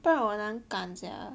不然我很难赶 sia